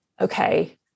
okay